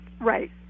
right